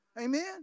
Amen